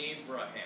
Abraham